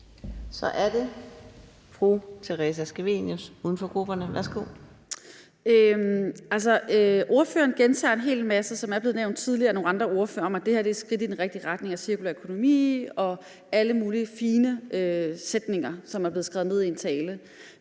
Så er det fru Theresa Scavenius, uden for grupperne. Værsgo. Kl. 15:38 Theresa Scavenius (UFG): Ordføreren gentager en hel masse, som er blevet nævnt tidligere af nogle andre ordførere, om, at det her er et skridt i den rigtige retning mod en cirkulær økonomi og alle mulige fine sætninger, som er blevet skrevet ned i en tale.